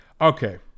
Okay